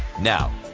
Now